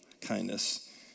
kindness